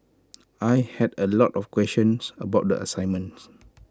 I had A lot of questions about the assignments